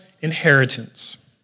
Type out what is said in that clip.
inheritance